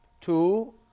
Two